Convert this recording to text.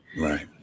Right